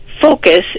focus